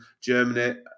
Germany